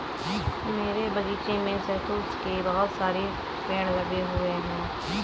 मेरे बगीचे में शहतूत के बहुत सारे पेड़ लगे हुए हैं